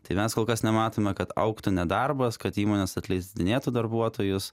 tai mes kol kas nematome kad augtų nedarbas kad įmonės atleidinėtų darbuotojus